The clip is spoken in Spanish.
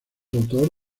autor